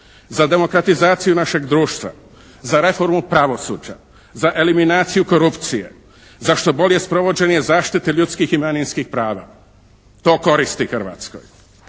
za demokratizaciju našeg društva, za reformu pravos8đa, za eliminaciju korupcije, za što bolje sprovođenje zaštite ljudskih i manjinskih prava. To koristi Hrvatskoj,